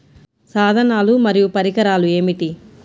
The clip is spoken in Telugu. సాధనాలు మరియు పరికరాలు ఏమిటీ?